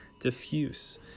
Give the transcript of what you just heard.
diffuse